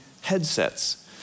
headsets